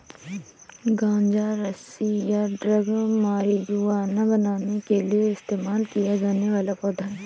गांजा रस्सी या ड्रग मारिजुआना बनाने के लिए इस्तेमाल किया जाने वाला पौधा है